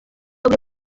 buri